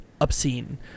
obscene